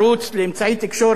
למדיה,